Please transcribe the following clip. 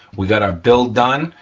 we got our build done.